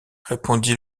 répondit